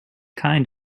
kind